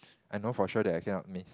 I know for sure that I cannot miss